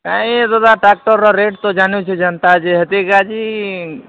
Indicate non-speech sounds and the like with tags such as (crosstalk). ନାଇଁ ଦାଦା ଏ ଟ୍ରାକ୍ଟର୍ର ରେଟ୍ ତ ଜାଣିଛୁ ଜେନ୍ତା ଯେତିକି ଅଛି (unintelligible)